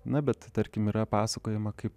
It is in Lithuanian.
na bet tarkim yra pasakojama kaip